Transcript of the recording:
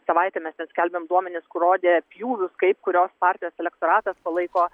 savaitę nes mes skelbiam duomenis kur rodė pjūvius kaip kurios partijos elektoratas palaiko